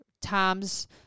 times